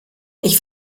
ich